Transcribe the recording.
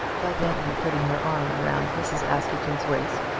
but gently putting her arm around mrs. askerton's waist,